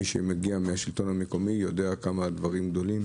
מי שמגיע מהשלטון המקומי יודע כמה הדברים גדולים.